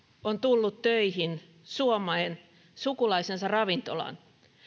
on tullut töihin suomeen sukulaisensa ravintolaan